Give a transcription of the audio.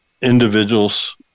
individuals